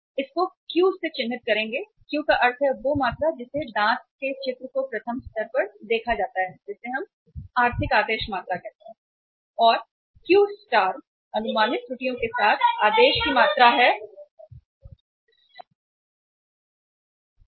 इसको Q से चिन्हित करेंगे Q का अर्थ है वह मात्रा जिसे दांत के चित्र को प्रथम स्तर पर देखा जाता है जिसे हम आर्थिक आदेश मात्रा कहते हैं